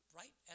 right